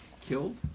killed